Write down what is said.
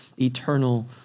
eternal